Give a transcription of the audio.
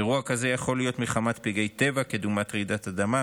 אירוע כזה יכול להיות מחמת פגעי טבע כדוגמת רעידת אדמה,